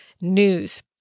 news